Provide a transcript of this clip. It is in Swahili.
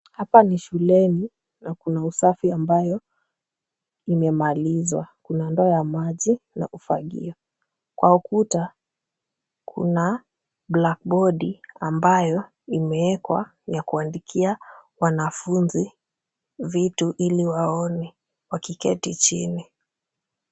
Hapa ni shuleni na kuna usafi ambayo imemalizwa. Kuna ndoo ya maji na ufagio. Kwa ukuta kuna blackbodi ambayo imewekwa ya kuandikia wanafunzi vitu ili waone wakiketi chini.